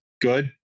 good